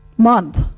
month